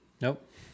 nope